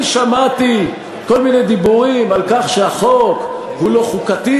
אני שמעתי כל מיני דיבורים על כך שהחוק הוא לא חוקתי,